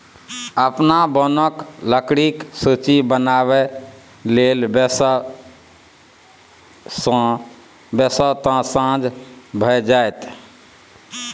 अपन बोनक लकड़ीक सूची बनाबय लेल बैसब तँ साझ भए जाएत